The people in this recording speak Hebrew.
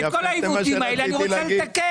את כל העיוותים האלה אני רוצה לתקן.